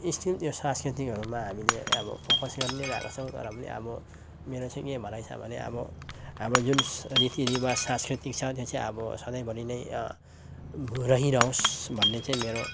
still त्यो सांस्कृतिकहरूमा हामीले अब फोकस गरी नै रहेको छौँ तर पनि अब मेरो चाहिँ के भनाइ छ भने अब हाम्रो जुन रीति रिवाज सांस्कृतिक छ त्यो चाहिँ अब सधैँभरि नै रहिरहोस् भन्ने चाहिँ मेरो